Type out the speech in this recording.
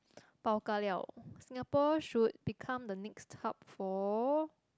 pao-ka-liao Singapore should become the next hub for